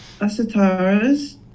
Asataras